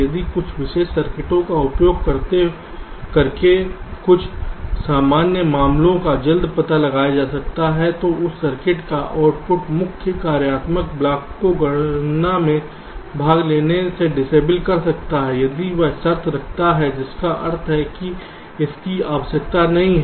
यदि कुछ विशेष सर्किटों का उपयोग करके कुछ सामान्य मामलों का जल्द पता लगाया जा सकता है तो उस सर्किट का आउटपुट मुख्य कार्यात्मक ब्लॉक को गणना में भाग लेने से डिसएबल कर सकता है यदि वह शर्त रखता है जिसका अर्थ है इसकी आवश्यकता नहीं है